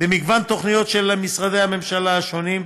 במגוון תוכניות של משרדי הממשלה השונים.